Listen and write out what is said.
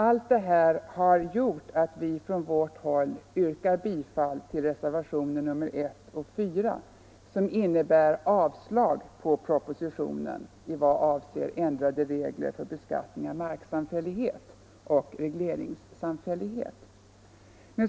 Allt detta har gjort att vi från vårt håll yrkar bifall till reservationerna 1 och 4, som innebär avslag på propositionen i vad avser ändrade regler för beskattning av marksamfällighet och regleringssamfällighet.